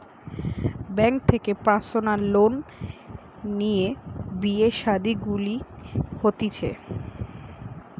bank থেকে personal loan লিয়ে বিয়ে শাদী গুলা হতিছে